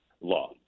law